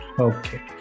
Okay